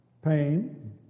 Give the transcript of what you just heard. pain